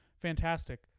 fantastic